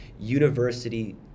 university